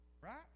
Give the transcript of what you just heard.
Right